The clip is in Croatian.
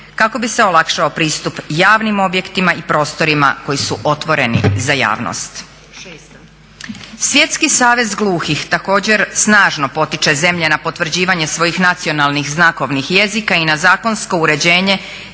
kako bi se olakšao pristup javnim objektima i prostorima koji su otvoreni za javnost. Svjetski savez gluhih također snažno potiče zemlje na potvrđivanje svojih nacionalnih znakovnih jezika i na zakonsko uređenje